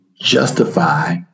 justify